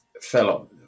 fellow